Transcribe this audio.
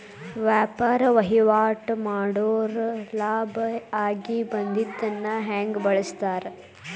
ವ್ಯಾಪಾರ್ ವಹಿವಾಟ್ ಮಾಡೋರ್ ಲಾಭ ಆಗಿ ಬಂದಿದ್ದನ್ನ ಹೆಂಗ್ ಬಳಸ್ತಾರ